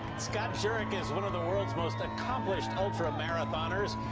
scott jurek is one of the world's most accomplished ultra marathoners.